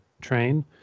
train